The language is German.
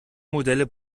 modelle